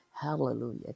Hallelujah